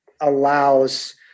allows